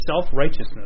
self-righteousness